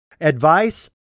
advice